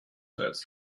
hats